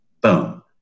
Boom